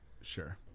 Sure